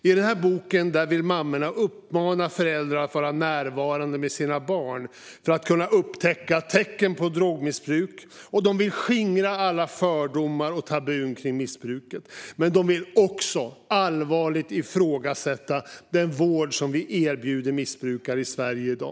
I denna bok uppmanar mammorna föräldrar att vara närvarande med sina barn för att kunna upptäcka tecken på drogmissbruk, och de vill skingra alla fördomar och tabun kring missbruket. Men de vill också allvarligt ifrågasätta den vård som vi erbjuder missbrukare i Sverige i dag.